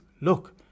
Look